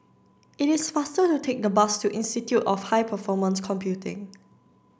it is faster to take the bus to Institute of High Performance Computing